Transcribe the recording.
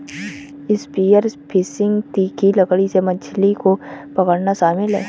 spear fishing तीखी लकड़ी से मछली को पकड़ना शामिल है